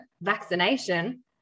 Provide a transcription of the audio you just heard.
vaccination